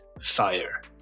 fire